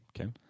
Okay